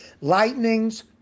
Lightnings